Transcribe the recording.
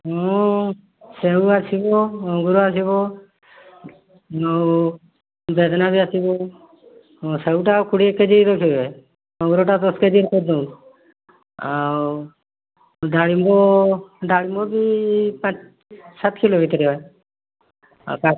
ମୁଁ ସେଉ ଆସିବ ଅଙ୍ଗୁର ଆସିବ ଆଉ ବେଦନା ବି ଆସିବ ହଁ ସେଓଟା ଆଉ କୋଡ଼ିଏ କେ ଜି ରଖିବେ ଅଙ୍ଗୁରଟା ଦଶ କେ ଜି କରିଦଉନୁ ଆଉ ଡାଲିମ୍ୱ ଡାଲିମ୍ୱ ବି ପାଞ୍ଚ ସାତ କିଲୋ ଭିତରେ ଆଉ